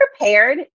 prepared